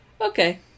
okay